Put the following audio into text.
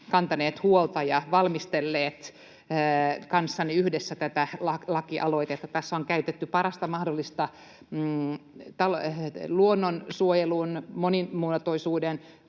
kantaneet huolta ja valmistelleet kanssani yhdessä tätä lakialoitetta. Tässä on käytetty parasta mahdollista luonnonsuojelun ja monimuotoisuuden